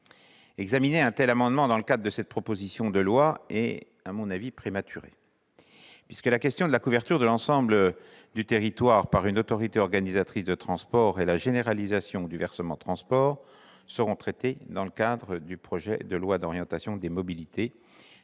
Examiner un tel amendement dans le cadre de cette proposition de loi est à mon sens prématuré, puisque les questions relatives à la couverture de l'ensemble du territoire par une autorité organisatrice de transport et à la généralisation du versement transport seront traitées dans le cadre du projet de loi d'orientation sur les mobilités,